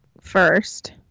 first